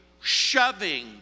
shoving